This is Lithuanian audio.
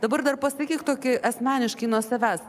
dabar dar pasakyk tokį asmeniškai nuo savęs